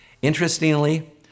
Interestingly